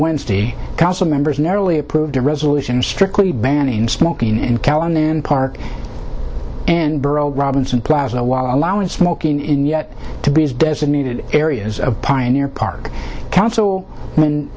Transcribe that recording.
wednesday council members narrowly approved a resolution strictly banning smoking in callahan park and borough robinson plaza while allowing smoking in yet to be designated areas of pioneer park council